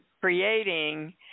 creating